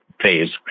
phase